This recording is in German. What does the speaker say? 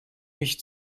mich